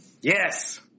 Yes